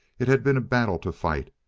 it had been a battle to fight.